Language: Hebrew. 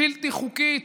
בלתי חוקית,